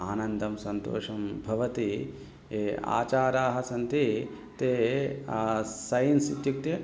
आनन्दं सन्तोषं भवति ये आचाराः सन्ति ते सैन्स् इत्युक्ते